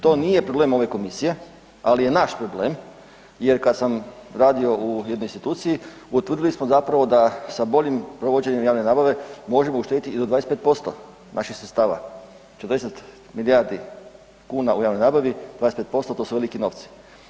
To nije problem ove komisije, ali je naš problem jer kad sam radio u jednoj instituciji utvrdili smo zapravo da sa boljim provođenjem javne nabave možemo uštedjeti i do 25% naših sredstava, 40 milijardi kuna u javnoj nabavi 25% to su veliki novci.